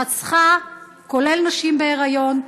רצחה גם נשים בהיריון,